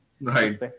right